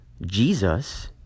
jesus